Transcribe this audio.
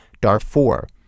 Darfur